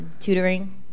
tutoring